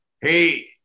Hey